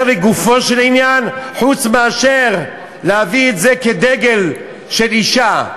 לגופו של עניין חוץ מאשר להביא את זה כדגל של אישה?